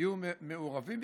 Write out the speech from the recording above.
יהיו מעורבים,